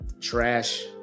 trash